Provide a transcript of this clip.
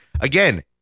again